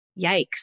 yikes